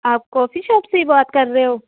ਆਪ coffee shop ਸੇ ਬਾਤ ਕਰ ਰਹੇ ਹੋ